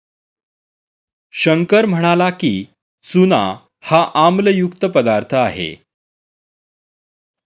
शंकर म्हणाला की, चूना हा आम्लयुक्त पदार्थ आहे